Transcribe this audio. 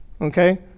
Okay